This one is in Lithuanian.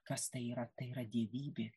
kas tai yra tai yra dievybė